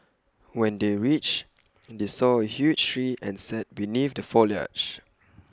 when they reached they saw A huge tree and sat beneath the foliage